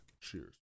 Cheers